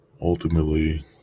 Ultimately